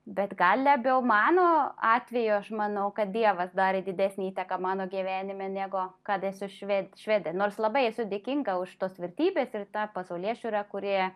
bet gal labiau mano atveju aš manau kad dievas darė didesnę įtaką mano gyvenime negu kad esu šved švedė nors labai esu dėkinga už tos vertybės ir tą pasaulėžiūra kūri